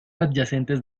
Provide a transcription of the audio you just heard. adyacentes